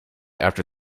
after